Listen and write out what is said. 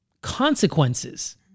consequences